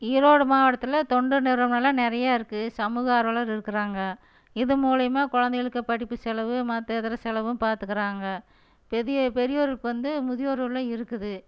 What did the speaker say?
ஈரோடு மாவட்டத்தில் தொண்டு நிறுவனங்கள்லாம் நிறைய இருக்கு சமூக ஆர்வலர் இருக்கிறாங்க இது மூலியமாக குழந்தைகளுக்கு படிப்பு செலவு மற்ற இதர செலவும் பாத்துக்கிறாங்க பெரியோர்களுக்கு வந்து முதியோர் இல்லம் இருக்குது